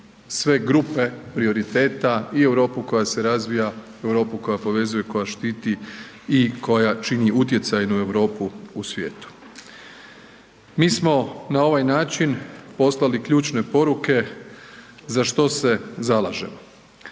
sve grupe prioriteta i Europu koja se razvija, Europu koja povezuje, koja štiti i koja čini utjecajnu Europu u svijetu. Mi smo na ovaj način poslali ključne poruke za što se zalažemo.